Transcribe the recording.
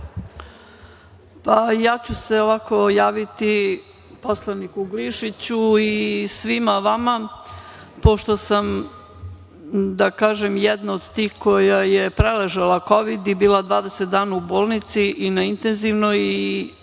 Ja ću se javiti poslaniku Glišiću i svima vama, pošto sam, da kažem, jedna od tih koja je preležala kovid i bila 20 dana u bolnici, na intenzivnoj, i